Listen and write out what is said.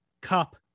cup